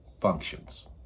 functions